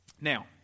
Now